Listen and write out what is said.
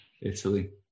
Italy